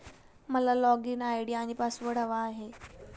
मला login ID आणि password हवा आहे